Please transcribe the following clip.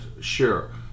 sure